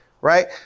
right